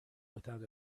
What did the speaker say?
without